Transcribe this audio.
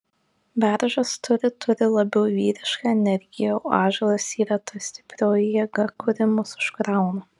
beržas turi turi labiau vyrišką energiją o ąžuolas yra ta stiprioji jėga kuri mus užkrauna